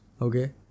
Okay